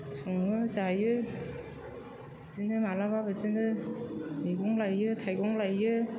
सङो जायो बिदिनो माब्लाबा बिदिनो मैगं लायो थाइगं लायो